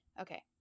Okay